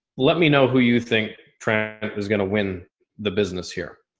let me know who you think is going to win the business here.